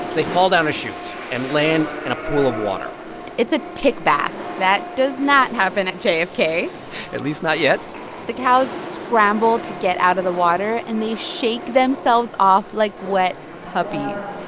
they fall down a chute and land in a pool of water it's a kickback. that does not happen at jfk at least not yet the cows scramble to get out of the water, and they shake themselves off like wet puppies.